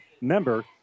Member